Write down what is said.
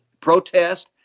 protest